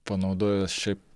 panaudojęs šiaip